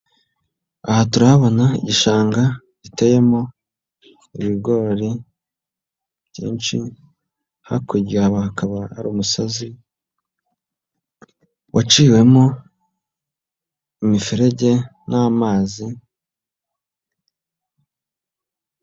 Aha turahabona igishanga giteyemo ibigori byinshi hakurya hakaba hari umusozi waciwemo imiferege n'amazi.